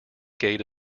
gate